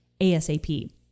ASAP